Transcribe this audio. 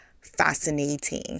fascinating